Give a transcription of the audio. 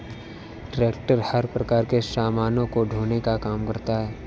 tractor हर प्रकार के सामानों को ढोने का काम करता है